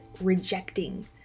rejecting